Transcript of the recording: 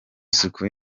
isuku